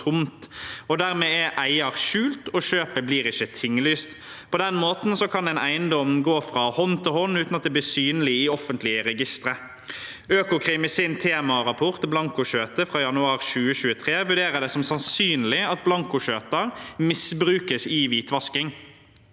Dermed er eier skjult, og kjøpet blir ikke tinglyst. På den måten kan en eiendom gå fra hånd til hånd uten at det blir synlig i offentlige registre. I sin temarapport om blankoskjøter fra januar 2023 vurderer Økokrim det som sannsynlig at blankoskjøter misbrukes i hvitvasking.